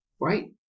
right